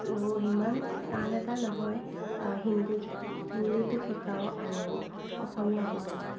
আৰু ইমান টান এটা নহয় হিন্দী হিন্দীটো শিকাও আৰু অসমীয়া শিকাও